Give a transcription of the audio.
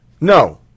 No